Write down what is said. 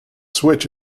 switch